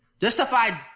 Justified